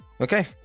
Okay